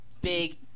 big